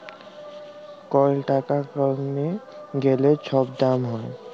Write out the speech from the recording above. call টাকা কইমে গ্যালে যে ছব দাম হ্যয়